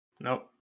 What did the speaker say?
Nope